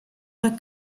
her